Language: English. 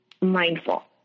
mindful